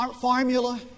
formula